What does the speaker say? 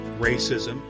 racism